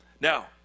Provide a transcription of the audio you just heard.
Now